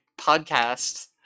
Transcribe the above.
podcast